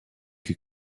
que